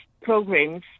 programs